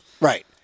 Right